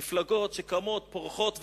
מפלגות שקמות, פורחות ועולות,